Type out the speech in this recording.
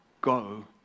go